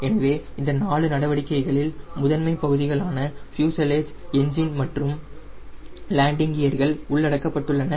எனவே இந்த 4 நடவடிக்கைகளில் முதன்மையான பகுதிகளான ப்யூஸலேஜ் என்ஜின் விங் மற்றும் லேண்டிங் கியர்கள் உள்ளடக்கப்பட்டுள்ளன